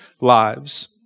lives